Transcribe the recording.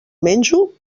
menjo